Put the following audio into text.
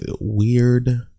weird